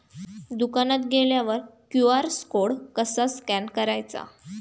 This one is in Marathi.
दुकानात गेल्यावर क्यू.आर कोड कसा स्कॅन करायचा?